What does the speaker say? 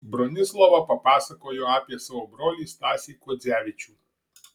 bronislava papasakojo apie savo brolį stasį kuodzevičių